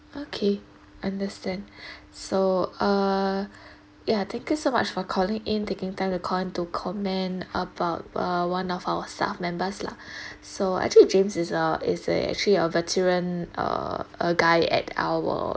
okay understand so uh ya thank you so much for calling in taking time to call to comment about uh one of our staff members lah so actually james is a is a actually a veteran uh a guy at our